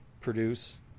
produce